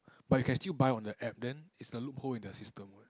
but you can still buy on the app then it's the loophole in their system eh